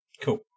Cool